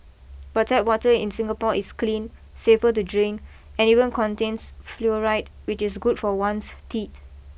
but tap water in Singapore is clean safe to drink and even contains fluoride which is good for one's teeth